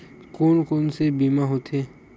कोन कोन से बीमा होथे?